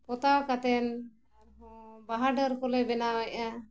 ᱯᱚᱛᱟᱣ ᱠᱟᱛᱮᱱ ᱟᱨᱦᱚᱸ ᱵᱟᱦᱟ ᱰᱟᱹᱨ ᱠᱚᱞᱮ ᱵᱮᱱᱟᱣᱮᱜᱼᱟ